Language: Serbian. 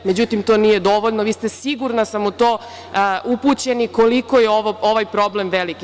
Međutim, to nije dovoljno. vi ste, sigurna sam u to, upućeni koliko je ovaj problem veliki.